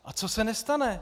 A co se nestane!